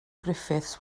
griffiths